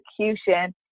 execution